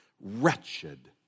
Wretched